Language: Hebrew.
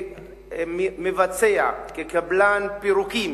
כמבצע, כקבלן פירוקים,